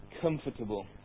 comfortable